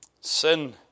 Sin